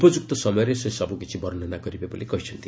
ଉପଯୁକ୍ତ ସମୟରେ ସେ ସବୁକିଛି ବର୍ଷନା କରିବେ ବୋଲି କହିଛନ୍ତି